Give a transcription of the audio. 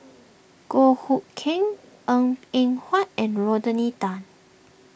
Goh Hood Keng Ng Eng Huat and Rodney Tan